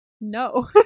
No